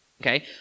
Okay